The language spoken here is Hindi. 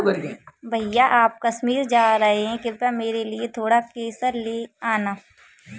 भैया आप कश्मीर जा रहे हैं कृपया मेरे लिए थोड़ा केसर ले आना